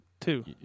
two